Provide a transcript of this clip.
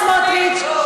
סמוטריץ,